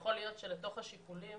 יכול להיות שלתוך השיקולים